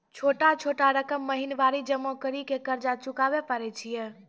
छोटा छोटा रकम महीनवारी जमा करि के कर्जा चुकाबै परए छियै?